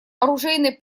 оружейной